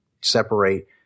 separate